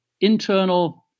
internal